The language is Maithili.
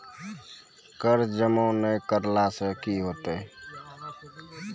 कर जमा नै करला से कि होतै?